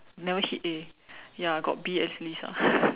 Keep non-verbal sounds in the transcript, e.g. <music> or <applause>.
never hit A ya got B at least lah <breath>